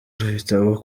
ibitabo